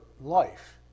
life